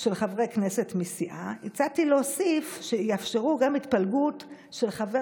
של חברי כנסת מסיעה הצעתי להוסיף שיאפשרו גם התפלגות של חבר